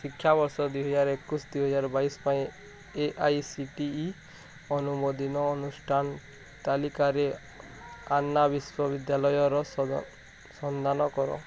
ଶିକ୍ଷାବର୍ଷ ଦୁଇହଜାର ଏକୋଇଶି ଦୁଇହଜାର ବାଇଶି ପାଇଁ A I C T E ଅନୁମୋଦନ ଅନୁଷ୍ଠାନ ତାଲିକାରେ ଆନ୍ନା ବିଶ୍ୱବିଦ୍ୟାଳୟର ସନ୍ଧାନ କର